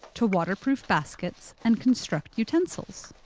to waterproof baskets and construct utensils.